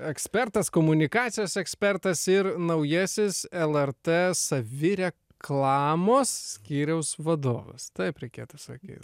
ekspertas komunikacijos ekspertas ir naujasis lrt savireklamos skyriaus vadovas taip reikėtų sakyt